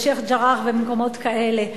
בשיח'-ג'ראח ובמקומות כאלה?